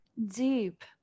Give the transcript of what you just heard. deep